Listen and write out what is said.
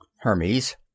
Hermes